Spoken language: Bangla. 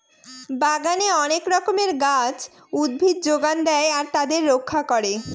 বাগানে অনেক রকমের গাছ, উদ্ভিদ যোগান দেয় আর তাদের রক্ষা করে